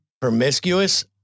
promiscuous